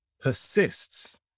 persists